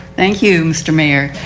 thank you, mr. mayor.